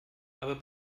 aber